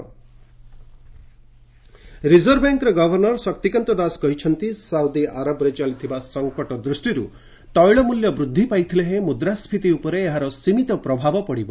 RBI Das reserve ବ୍ୟାଙ୍କ୍ର governor Shaktikanta Das କହିଛନ୍ତି Saudi ଆରବରେ ଚାଲିଥିବା ସଙ୍କଟ ଦୃଷ୍ଟିରୁ ତେିଳ ମୂଲ୍ୟ ବୃଦ୍ଧି ପାଇଥିଲେ ହେଁ ମୁଦ୍ରାସ୍କୀତି ଉପରେ ଏହାର ସୀମିତ ପ୍ରଭାବ ପଡ଼ିବ